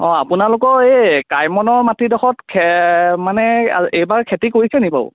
অ আপোনালোকৰ এই কাইমনৰ মাটিডোখৰত মানে এইবাৰ খেতি কৰিছেনি বাৰু